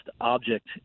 object